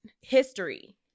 history